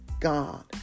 God